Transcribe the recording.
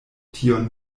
tion